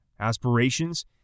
aspirations